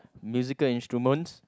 musical instruments